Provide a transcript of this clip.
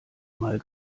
mal